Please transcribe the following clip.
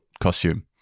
costume